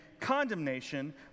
condemnation